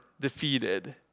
defeated